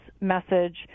message